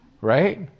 right